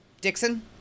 Dixon